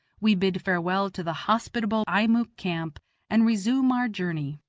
we bid farewell to the hospitable eimuek camp and resume our journey.